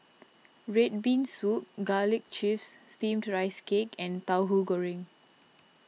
Red Bean Soup Garlic Chives Steamed Rice Cake and Tahu Goreng